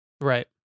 Right